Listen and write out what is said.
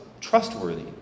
trustworthy